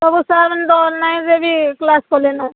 ସବୁ ଛୁଆମାନେ ଡର୍ ନାଇଁ ସେ ବି କ୍ଲାସ୍ କଲେନ